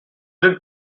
did